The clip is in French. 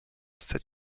sept